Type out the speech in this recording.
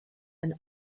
and